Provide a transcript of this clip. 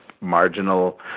marginal